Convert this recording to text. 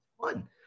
fun